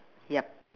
yup